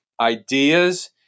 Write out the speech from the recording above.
ideas